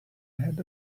had